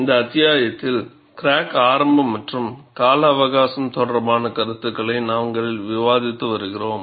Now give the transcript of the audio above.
இந்த அத்தியாயத்தில் கிராக் ஆரம்பம் மற்றும் கால அவகாசம் தொடர்பான கருத்துக்களை நாங்கள் விவாதித்து வருகிறோம்